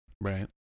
Right